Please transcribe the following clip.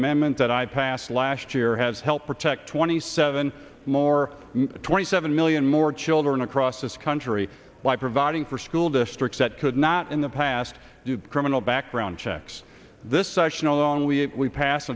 amendment that i passed last year has helped protect twenty seven more twenty seven million more children across this country by providing for school districts that could not in the past do criminal background checks this session alone we pass